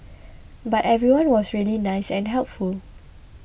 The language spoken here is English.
but everyone was really nice and helpful